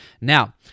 now